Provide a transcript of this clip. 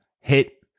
hit